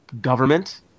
government